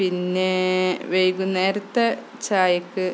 പിന്നെ വൈകുന്നേരത്തെ ചായക്ക്